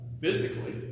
physically